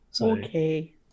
Okay